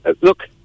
look